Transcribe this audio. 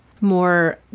more